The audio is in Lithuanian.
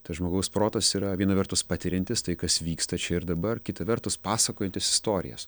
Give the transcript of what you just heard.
tas žmogaus protas yra viena vertus patiriantis tai kas vyksta čia ir dabar kita vertus pasakojantis istorijas